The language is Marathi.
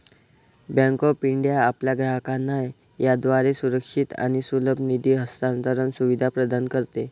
बँक ऑफ इंडिया आपल्या ग्राहकांना याद्वारे सुरक्षित आणि सुलभ निधी हस्तांतरण सुविधा प्रदान करते